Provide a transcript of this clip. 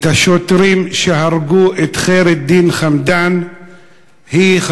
השוטרים שהרגו את ח'יר א-דין חמדאן היא,